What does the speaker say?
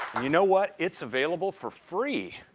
you know what? it's available for free.